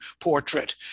portrait